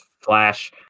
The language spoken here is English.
flash